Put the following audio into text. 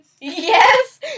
Yes